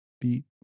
beat